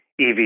EV